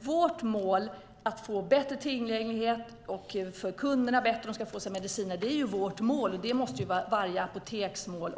Vårt mål är att få bättre tillgänglighet för kunderna, så att de kan få sina mediciner. Det måste också vara varje apoteks mål.